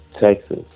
Texas